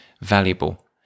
valuable